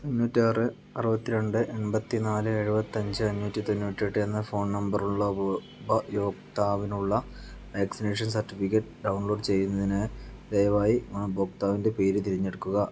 തൊണ്ണൂറ്റാറ് അറുപത്തി രണ്ട് എൺപത്തി നാല് എഴുപത്തഞ്ച് എണ്ണൂറ്റി തൊണ്ണൂറ്റെട്ട് എന്ന ഫോൺ നമ്പറുള്ള ഉപയോക്താവിനുള്ള വാക്സിനേഷൻ സർട്ടിഫിക്കറ്റ് ഡൗൺലോഡ് ചെയ്യുന്നതിന് ദയവായി ഗുണഭോക്താവിൻ്റെ പേര് തിരഞ്ഞെടുക്കുക